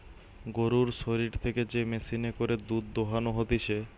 গরুর শরীর থেকে যে মেশিনে করে দুধ দোহানো হতিছে